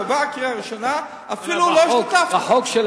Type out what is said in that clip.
כשעברה קריאה ראשונה אפילו לא השתתפת.